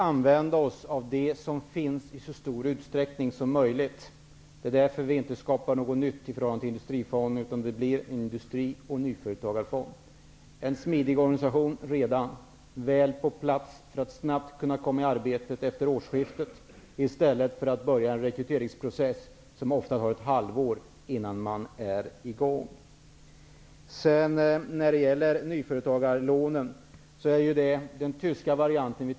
Herr talman! Vi har försökt att i så stor utsträckning som möjligt använda oss av det som finns. Det är därför vi inte skapar någonting nytt i förhållande till Industrifonden. Det blir en Industrioch nyföretagarfond. Där finns redan en smidig organisation, väl på plats för att snabbt kunna komma i arbete efter årsskiftet i stället för att börja en rekryteringsprocess, som ofta tar ett halvår innan man är i gång. När det gäller nyföretagarlånen har vi tittat på den tyska varianten.